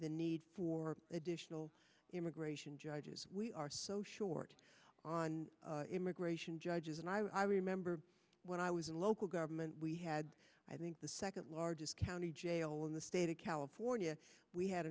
the need for additional immigration judges we are so short on immigration judges and i remember when i was in local government we had i think the second largest county jail in the state of california we had